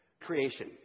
Creation